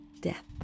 death